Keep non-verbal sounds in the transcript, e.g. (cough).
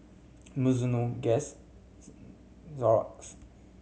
Mizuno Guess (unintelligible) Xorex